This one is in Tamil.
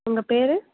உங்கள் பேர்